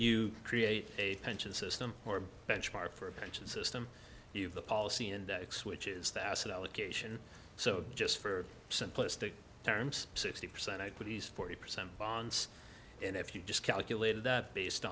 you create a pension system or benchmark for a pension system you have the policy index which is the asset allocation so just for simplistic terms sixty percent i put these forty percent bonds and if you just calculated that based